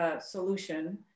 Solution